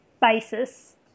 basis